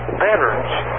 veterans